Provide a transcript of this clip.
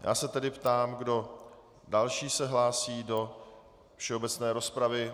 Já se tedy ptám, kdo další se hlásí do všeobecné rozpravy.